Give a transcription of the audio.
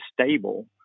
stable